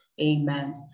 Amen